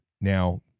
now